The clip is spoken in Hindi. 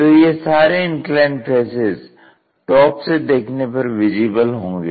तो ये सारे इंक्लाइंड फेसेज टॉप से देखने पर विजिबल होंगे